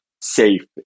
safe